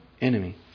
enemy